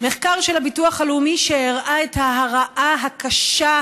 מחקר של הביטוח הלאומי שהראה את ההרעה הקשה,